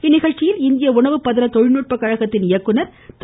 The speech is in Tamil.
இந்நிகழ்ச்சியில் இந்திய உணவு பதன தொழில்நுட்பக்கழக இயக்குநர் திரு